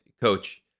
coach